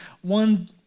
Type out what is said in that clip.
one